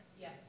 yes